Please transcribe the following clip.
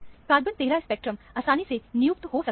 carbon 13 spectrum आसानी से नियुक्त हो सकता है